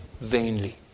vainly